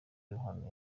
ruhando